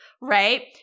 right